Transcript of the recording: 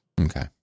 Okay